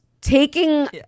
taking